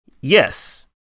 Yes